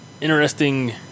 interesting